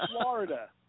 Florida